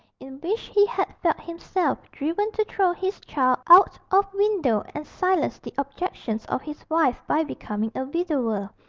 in which he had felt himself driven to throw his child out of window and silence the objections of his wife by becoming a widower,